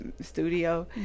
studio